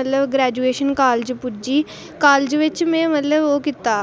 में graduation college पुज्जी college बिच मतलब में ओह् कीता